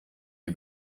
die